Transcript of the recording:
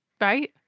Right